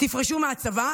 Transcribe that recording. תפרשו מהצבא,